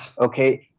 Okay